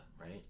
right